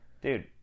Dude